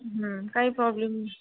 हं काही प्रॉब्लेम नाही